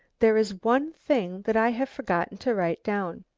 there is one thing that i have forgotten to write down.